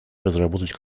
разработать